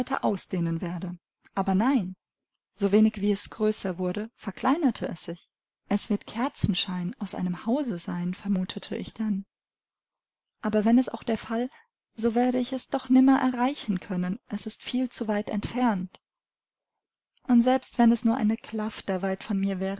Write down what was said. ausdehnen werde aber nein so wenig wie es größer wurde verkleinerte es sich es wird kerzenschein aus einem hause sein vermutete ich dann aber wenn es auch der fall so werde ich es doch nimmer erreichen können es ist viel zu weit entfernt und selbst wenn es nur eine klafter weit von mir